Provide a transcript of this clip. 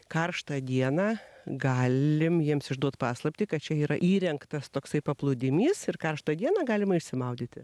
karštą dieną galim jiems išduoti paslaptį kad čia yra įrengtas toksai paplūdimys ir karštą dieną galima išsimaudyti